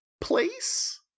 place